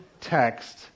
text